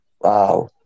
Wow